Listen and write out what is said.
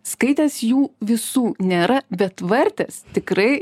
skaitęs jų visų nėra bet vartęs tikrai